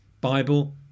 Bible